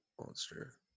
monster